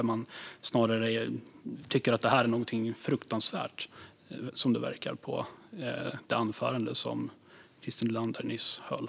Där tycker man snarare att detta är någonting fruktansvärt, som det verkar på det anförande som Christer Nylander nyss höll.